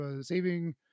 Saving